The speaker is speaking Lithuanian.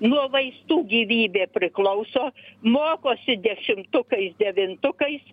nuo vaistų gyvybė priklauso mokosi dešimtukai devintukai